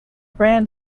brand